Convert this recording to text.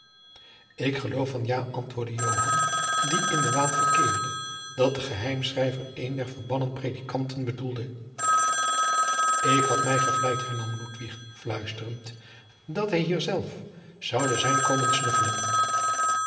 ik geloof van ja antwoordde joan die in den waan verkeerde dat de geheimschrijver een der verbannen predikanten bedoelde ik had mij gevleid hernam ludwig fluisterend dat hij zelf hier zoude zijn komen snuffelen